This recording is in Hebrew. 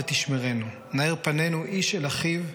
ותשמרנו / נאר פנינו איש אל אחיו,